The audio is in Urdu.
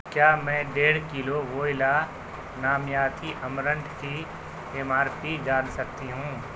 کیا میں ڈیڑھ کلو وئیلا نامیاتی امرنٹھ کی ایم آر پی جان سکتی ہوں